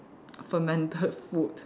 fermented food